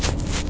correct